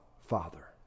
Father